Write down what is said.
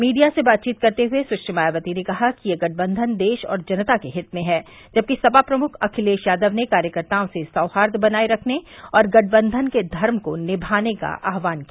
media से बातचीत करते हुए सुश्री मायावती ने कहा कि यह गठबंधन देश और जनता के हित में है जबकि सपा प्रमुख अखिलेश यादव ने कार्यकर्ताओं से सौहार्द बनाए रखने और गठबंधन के धर्म को निभाने का आहवान किया